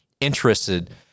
interested